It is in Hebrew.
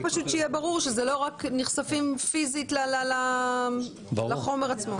שיהיה ברור שאלה לא רק נחשפים פיזית לחומר עצמו.